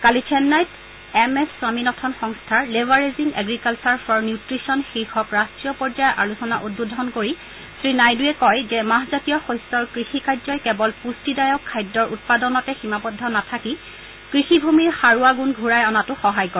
কালি চেন্নাইত M S Swaminathan সংস্থাৰ leveraging agriculture for nutrition শীৰ্ষক ৰাষ্ট্ৰীয় পৰ্য্যায়ৰ আলোচনা উদ্বোধন কৰি শ্ৰীনাইডূৱে কয় যে মাহজাতীয় শস্যৰ কৃষি কাৰ্যই কেৱল পুষ্টীদায়ক খাদ্যৰ উৎপাদনতে সীমাবদ্ধ নাথাকি কৃষি ভূমিৰ সাৰুৱা গুণ ঘূৰাই অনাটো সহায় কৰে